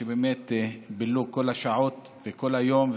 שבילו כל השעות וכל היום,